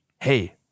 Hey